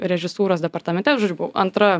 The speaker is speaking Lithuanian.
režisūros departamente aš buvau antra